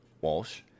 walsh